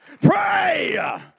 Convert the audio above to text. Pray